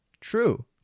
True